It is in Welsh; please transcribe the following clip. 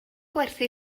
gwerthu